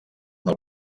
del